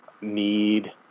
need